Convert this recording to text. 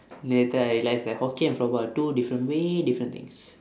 later I realise that hockey and floorball are two different way different things